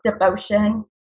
devotion